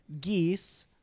geese